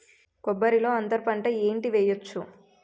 కొబ్బరి లో అంతరపంట ఏంటి వెయ్యొచ్చు?